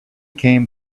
came